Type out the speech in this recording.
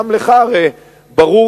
גם לך הרי ברור,